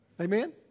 Amen